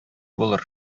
булыр